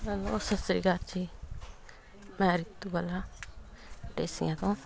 hello ਸਤਿ ਸ਼੍ਰੀ ਅਕਾਲ ਜੀ ਮੈਂ ਰਿਤੂ ਬਾਲਾ ਢੇਸੀਆਂ ਤੋਂ